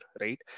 right